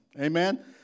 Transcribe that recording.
Amen